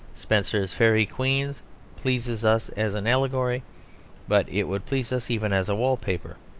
spenser's faery queen pleases us as an allegory but it would please us even as a wall-paper.